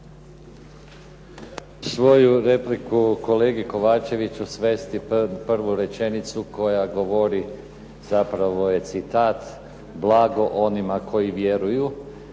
Svoju repliku kolegi Kovačević svesti prvu rečenicu koja govori, zapravo je citat "blago onima koji vjeruju",